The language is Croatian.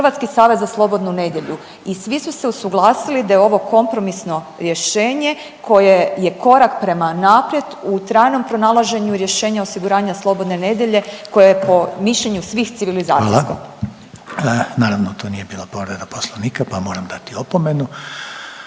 Hrvatski savez za slobodnu nedjelju i svi su se usuglasili da je ovo kompromisno rješenje koje je korak prema naprijed u trajnom pronalaženju rješenja osiguranja slobodne nedjelje koja je po mišljenju svih civilizacijsko. **Reiner, Željko (HDZ)** Hvala. Naravno to nije bila povreda Poslovnika, pa moram dati opomenu.